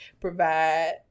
provide